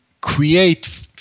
create